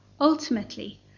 Ultimately